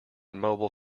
mobile